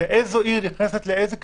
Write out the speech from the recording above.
ואיזו עיר נכנסת לאיזה קריטריון,